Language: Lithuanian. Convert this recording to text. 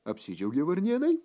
apsidžiaugė varnėnai